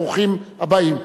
ברוכים הבאים.